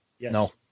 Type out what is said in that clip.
No